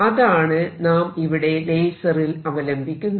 അതാണ് നാം ഇവിടെ ലേസറിൽ അവലംബിക്കുന്നത്